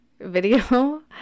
video